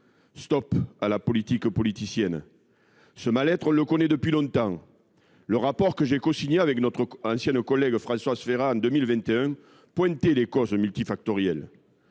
Stop à la politique politicienne ! Ce mal être, on le connaît depuis longtemps. Le rapport d’information que j’ai cosigné avec notre ancienne collègue Françoise Férat en 2021 en pointait les causes multifactorielles.